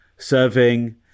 serving